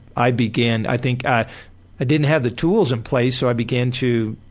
i began, i think. i i didn't have the tools in place so i began to